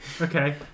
Okay